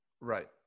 right